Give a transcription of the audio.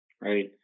right